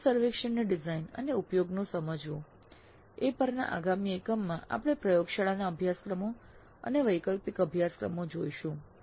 નિકાસ સર્વેક્ષણની ડિઝાઇન અને ઉપયોગને સમજવું પરના આગામી એકમમાં આપણે પ્રયોગશાળાના અભ્યાસક્રમો અને વૈકલ્પિક અભ્યાસક્રમો જોઈશું